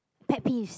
pet peeves